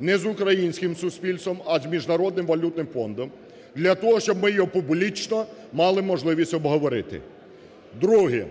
не з українським суспільством, а з Міжнародним валютним фондом для того, щоб ми його публічно мали можливість обговорити. Друге,